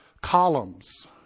columns